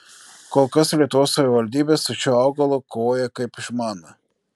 kol kas lietuvos savivaldybės su šiuo augalu kovoja kaip išmano